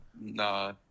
Nah